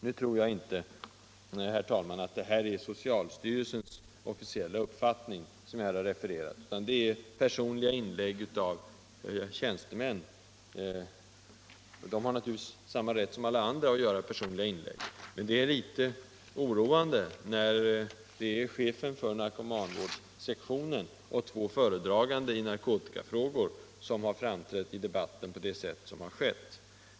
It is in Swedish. Nu tror jag inte, herr talman, att det här är socialstyrelsens officiella uppfattning, utan det är personliga inlägg av tjänstemän. De har naturligtvis samma rätt som alla andra att göra personliga inlägg, men det är litet oroande att chefen för narkomanvårdssektionen och två föredragande i narkotikafrågor har framträtt i debatten på detta sätt.